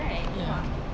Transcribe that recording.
ya